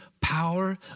power